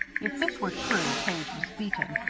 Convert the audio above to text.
if this were true, page was beaten.